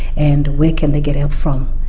and where can they get help from,